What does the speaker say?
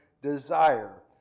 desire